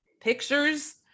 pictures